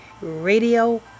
Radio